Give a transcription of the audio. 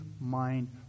mind